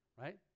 Right